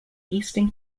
eastern